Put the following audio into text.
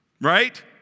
Right